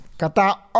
kata